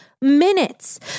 minutes